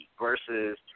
versus –